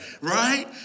right